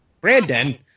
Brandon